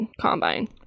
combine